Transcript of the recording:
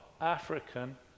African